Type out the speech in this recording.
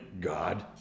God